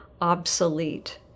obsolete